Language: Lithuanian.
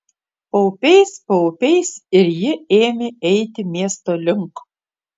paupiais paupiais ir ji ėmė eiti miesto link